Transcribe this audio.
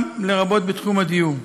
לרבות בתחום הדיור.